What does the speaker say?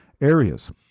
areas